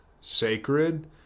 sacred